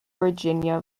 virginia